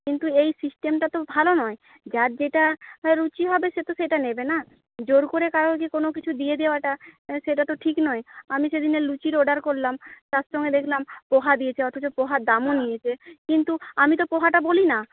কিন্তু এই সিস্টেমটা তো ভালো নয় যার যেটা রুচি হবে সে তো সেটা নেবে না জোড় করে কাউকে কোনো কিছু দিয়ে দেওয়াটা সেটা তো ঠিক নয় আমি সেদিনের লুচির অর্ডার করলাম তার সঙ্গে দেখলাম পোহা দিয়েছে অথচ পোহার দামও নিয়েছে কিন্তু আমি তো পোহাটা বলি না